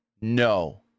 No